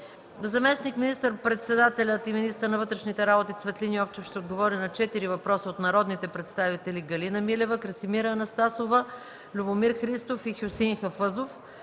3. Заместник министър-председателят и министър на вътрешните работи Цветлин Йовчев ще отговори на четири въпроса от народните представители Галина Милева, Красимира Анастасова, Любомир Христов и Хюсеин Хафъзов.